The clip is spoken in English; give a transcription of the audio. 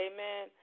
Amen